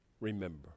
remember